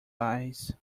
eyes